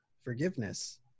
forgiveness